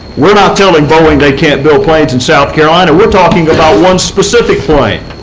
we are not telling boeing they can't build planes in south carolina. we are talking about one specific plane,